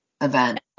event